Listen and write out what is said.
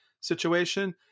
situation